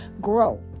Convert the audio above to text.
grow